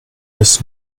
das